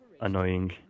annoying